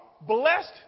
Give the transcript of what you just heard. blessed